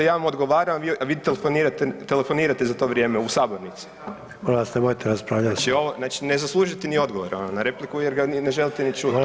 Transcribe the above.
Ja vam odgovaram, a vi telefonirate za to vrijeme u sabornici [[Upadica Sanader: Nemojte raspravljati.]] Znači ne zaslužujete niti odgovor na repliku jer ga ne želite niti čuti